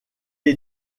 est